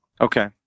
Okay